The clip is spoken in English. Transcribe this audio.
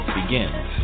begins